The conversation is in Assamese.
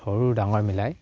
সৰু ডাঙৰ মিলাই